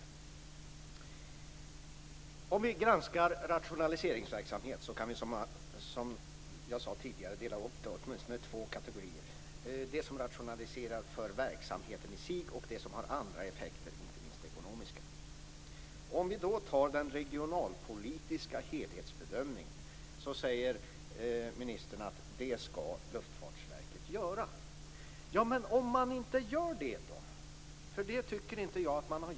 När vi granskar rationaliseringsverksamhet kan vi, som jag tidigare sade, dela upp den i åtminstone två kategorier: dels rationalisering av verksamheten i sig, dels sådant som har andra effekter, inte minst ekonomiska. Ministern säger att Luftfartsverket skall göra den regionalpolitiska helhetsbedömningen. Men om verket inte gör en sådan?